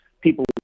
people